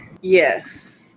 Yes